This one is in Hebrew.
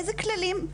איזה כללים,